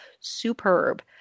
Superb